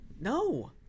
No